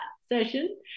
session